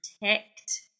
protect